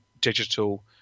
digital